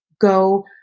go